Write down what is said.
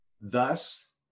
Thus